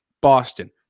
Boston